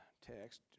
text